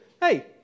hey